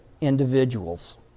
individuals